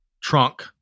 trunk